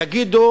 יגידו